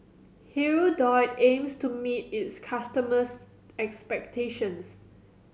Hirudoid aims to meet its customers' expectations